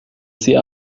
sie